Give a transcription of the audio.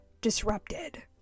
disrupted